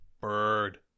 Bird